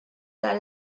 that